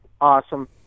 awesome